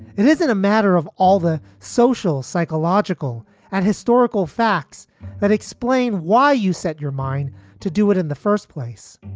it isn't a matter of all the social, psychological and historical facts that explain why you set your mind to do it in the first place.